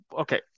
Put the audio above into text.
okay